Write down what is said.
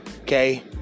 Okay